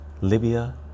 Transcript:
Libya